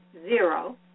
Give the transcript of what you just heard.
zero